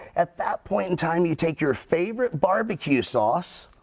at that point in time, you take your favorite barbecue sauce,